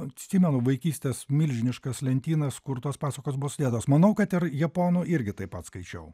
atsimenu vaikystės milžiniškas lentynas kur tos pasakos bus sudėtos manau kad ir japonų irgi taip pat skaičiau